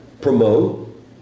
promote